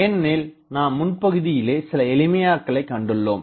ஏனெனில் நாம் முன் பகுதியிலே சில எளிமையாக்களைக் கண்டுள்ளோம்